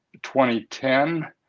2010